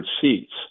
seats